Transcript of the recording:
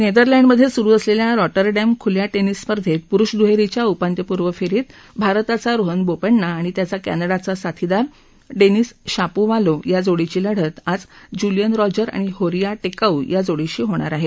नेदरलंडमध्ये सुरू असलेल्या रॉटरडॅम खुल्या टेनिस स्पर्धेत पुरुष दुहेरीच्या उपांत्यपूर्व फेरीत भारताचा रोहन बोपणा आणि त्याचा कॅनडाचा साथीदार डेनिस शापोव्हालोव्ह या जोडीची लढत आज जुलियन रॉजर आणि होरिया टेकाऊ या जोडीशी होणार आहे